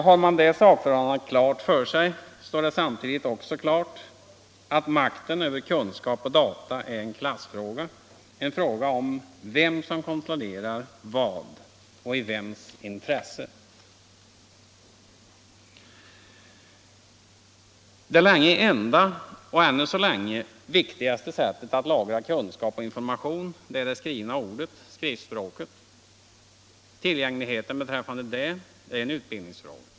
Har man detta sakförhållande klart för sig, står det samtidigt också klart aut makten över kunskap och data är en klassfråga, en fråga om vem som kontrollerar vad i vems intresse. Det länge enda och ännu så länge viktigaste sättet att lagra kunskap och information är det skrivna ordet, skriftspråket. Tillgängligheten beträffande detta är en utbildningsfråga.